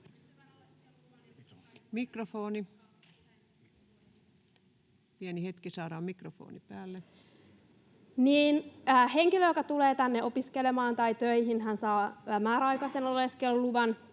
Mikrofoni! Pieni hetki, että saadaan mikrofoni päälle!] Henkilö, joka tulee tänne opiskelemaan tai töihin, saa määräaikaisen oleskeluluvan,